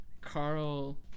Carl